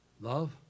Love